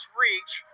reach